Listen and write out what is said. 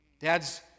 Dads